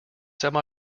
semi